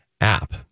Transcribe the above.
app